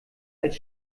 als